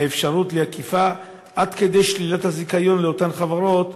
האפשרות לאכיפה עד כדי שלילת הזיכיון לאותן חברות